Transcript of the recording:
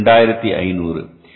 அது 2500